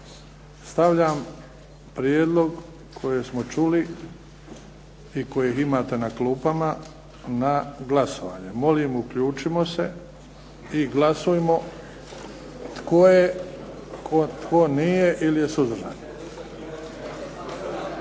stavljam prijedlog koji smo čuli i koje imate na klupama na glasovanje. Molim, uključimo se. Glasujmo. Tko je, tko nije ili je suzdržan?